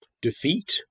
defeat